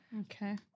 okay